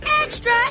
Extra